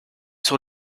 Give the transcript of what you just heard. sur